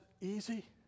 easy